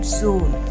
zone